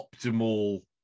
optimal